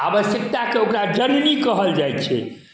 आबश्यकताके ओकरा जननी कहल जाइ छै